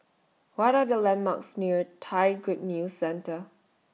What Are The landmarks near Thai Good News Centre